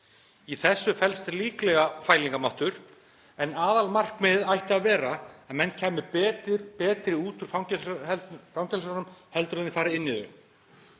Í þessu felst líklega fælingarmáttur en aðalmarkmiðið ætti að vera að menn kæmu betri út úr fangelsunum heldur en þeir fara inn í þau.